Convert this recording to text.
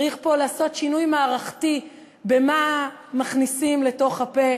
צריך פה לעשות שינוי מערכתי במה מכניסים לתוך הפה,